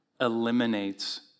eliminates